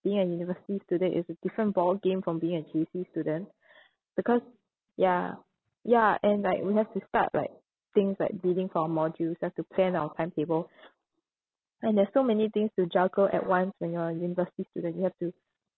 being a university student is a different ball game from being a J_C student because ya ya and like we have to start like things like bidding for our modules have to plan our timetable and there's so many things to juggle at once when you're a university student you have to